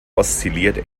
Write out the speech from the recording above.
oszilliert